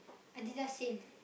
Adidas sale